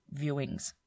viewings